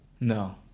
No